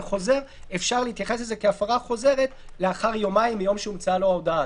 אפשר להתייחס לזה כהפרה חוזרת לאחר יומיים מיום שהוצאה לו ההודעה.